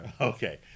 Okay